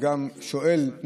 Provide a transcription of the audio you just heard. וגם השואל שואל נכונה,